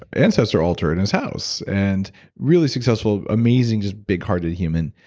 ancestor altar in his house, and really successful, amazing, just big-hearted human.